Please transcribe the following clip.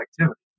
activity